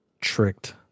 tricked